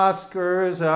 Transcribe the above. Oscars